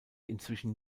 inzwischen